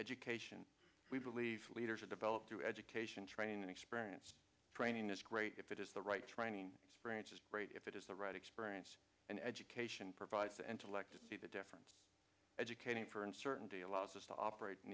education we believe leaders are developed through education training and experience training is great if it is the right training range is great if it is the right experience and education provides and aleck to see the difference educating for uncertainty allows us to operate in